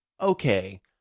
okay